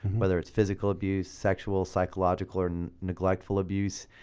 whether it's physical abuse, sexual, psychological or neglectful abuse.